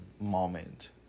moment